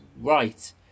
right